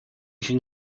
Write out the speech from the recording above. can